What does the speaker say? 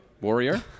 Warrior